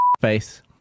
face